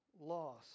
loss